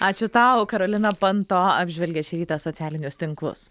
ačiū tau karolina panto apžvelgė šį rytą socialinius tinklus